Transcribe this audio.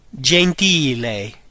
gentile